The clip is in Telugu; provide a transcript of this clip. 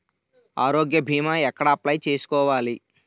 ఆరోగ్య భీమా ఎక్కడ అప్లయ్ చేసుకోవాలి?